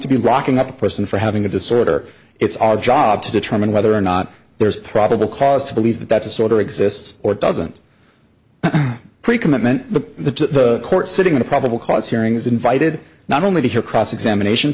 to be rocking up a person for having a disorder it's our job to determine whether or not there's probable cause to believe that that disorder exists or doesn't pre commitment the court sitting in a probable cause hearing is invited not only to hear cross examination